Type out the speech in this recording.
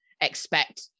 expect